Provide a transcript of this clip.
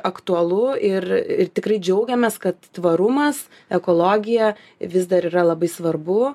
aktualu ir tikrai džiaugiamės kad tvarumas ekologija vis dar yra labai svarbu